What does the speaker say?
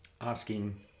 asking